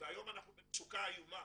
והיום אנחנו במצוקה איומה,